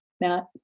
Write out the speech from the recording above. Matt